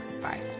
Bye